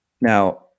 Now